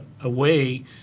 away